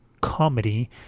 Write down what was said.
Comedy